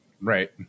Right